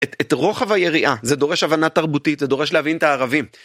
את, את רוחב היריעה זה דורש הבנה תרבותית, זה דורש להבין את הערבים.